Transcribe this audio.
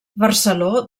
barceló